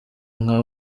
nka